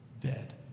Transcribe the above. dead